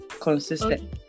consistent